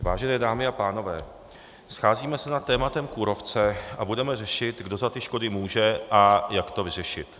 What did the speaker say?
Vážené dámy a pánové, scházíme se nad tématem kůrovce a budeme řešit, kdo za ty škody může a jak to vyřešit.